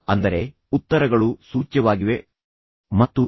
ಅಂದರೆ ಉತ್ತರಗಳು ಸೂಚ್ಯವಾಗಿವೆ ಸರಿಯಾದ ಉತ್ತರ ಯಾವುದು ಎಂದು ನಿಮಗೆ ತಿಳಿದಿದೆ